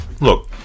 Look